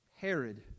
Herod